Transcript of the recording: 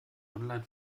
online